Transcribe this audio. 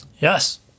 Yes